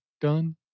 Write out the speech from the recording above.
done